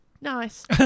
Nice